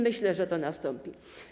Myślę, że to nastąpi.